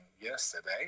yesterday